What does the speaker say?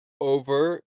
over